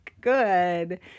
good